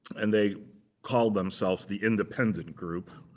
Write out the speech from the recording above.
and they called themselves the independent group.